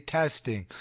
testing